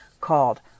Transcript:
called